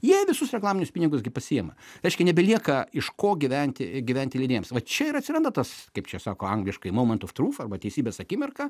jie visus reklaminius pinigus gi pasiema reiškia nebelieka iš ko gyventi gyventi leidėjams va čia ir atsiranda tas kaip čia sako angliškai moment of trūf arba teisybės akimirka